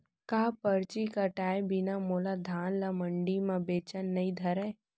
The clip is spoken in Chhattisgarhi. का परची कटाय बिना मोला धान ल मंडी म बेचन नई धरय?